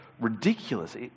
ridiculous